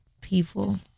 people